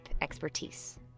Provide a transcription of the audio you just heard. expertise